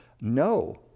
No